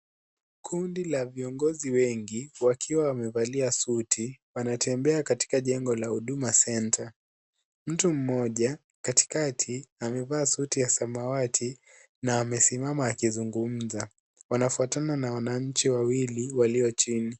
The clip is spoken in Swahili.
Kundi la viongozi wengi wakiwa wamevalia suti wanatembea katika jengo la Huduma Centre, mtu mmoja katikati amevaa suti ya samawati na amesimama akizungumza, wanafwatana na wananchi wawili walio chini.